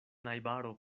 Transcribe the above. najbaro